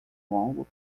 longo